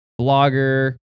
blogger